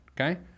okay